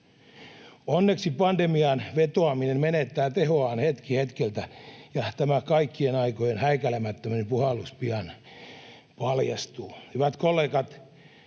Onneksi pandemiaan vetoaminen menettää tehoaan hetki hetkeltä ja tämä kaikkien aikojen häikäilemättömin puhallus pian paljastuu. Hyvät kollegat,